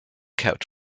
kept